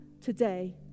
today